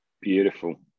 beautiful